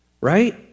right